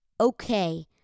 Okay